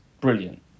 brilliant